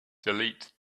delete